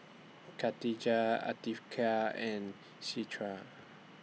Katijah Afiqah and Citra